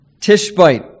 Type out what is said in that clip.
tishbite